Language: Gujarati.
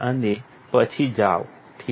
અને પછી જાઓ ઠીક છે